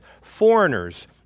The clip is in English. foreigners